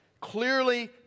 clearly